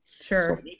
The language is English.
Sure